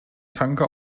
tanker